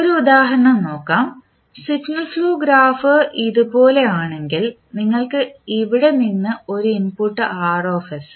ഒരു ഉദാഹരണം നോക്കാം സിഗ്നൽ ഫ്ലോ ഗ്രാഫ് ഇതുപോലെയാണെങ്കിൽ നിങ്ങൾക്ക് ഇവിടെ നിന്ന് ഒരു ഇൻപുട്ട് ആണ് Rs